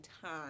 time